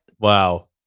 Wow